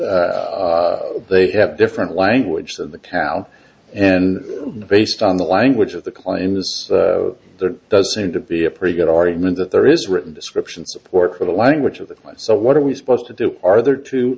and they have different language than the pal and based on the language of the claim this there does seem to be a pretty good argument that there is written description support for the language of the so what are we supposed to do are there t